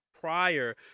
prior